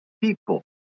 People